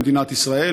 במדינת ישראל,